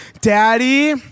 daddy